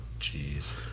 Jeez